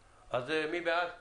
מי בעד 7א?